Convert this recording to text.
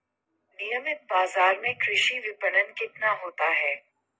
नियमित बाज़ार में कृषि विपणन कितना होता है?